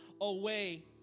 away